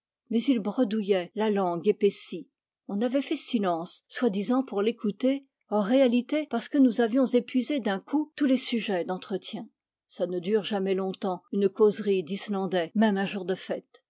mais il bredouillait la langue épaissie on avait fait silence soi-disant pour l'écouter en réalité parce que nous avions épuisé d'un coup tous les sujets d'entretien ça ne dure jamais longtemps une causerie d'islandais même un jour de fête